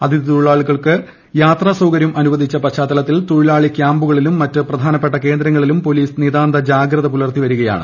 അതിഥിതൊഴിലാളികൾക്ക് യാത്രാസൌകര്യം അനുവ ദിച്ച പശ്ചാത്തലത്തിൽ തൊഴിലാളി ക്യാമ്പുകളിലും മറ്റ് പ്രധാനപ്പെട്ട കേന്ദ്രങ്ങളിലും പോലീസ് നിതാന്ത ജാഗ്രത പുലർത്തി വരികയാണ്